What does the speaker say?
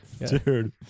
dude